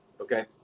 okay